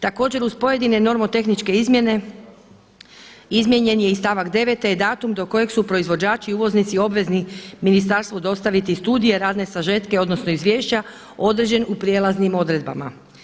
Također uz pojedine nomotehničke izmjene izmijenjen je i stavak 9. te datum do kojeg su proizvođači, uvoznici obveznici ministarstvu dostaviti i studije, razne sažetke, odnosno izvješće određen u prijelaznim odredbama.